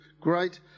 great